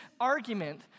argument